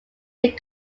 did